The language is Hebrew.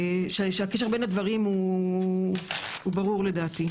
שהקשר בין הדברים הוא הוא ברור לדעתי,